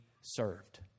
served